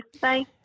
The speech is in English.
Bye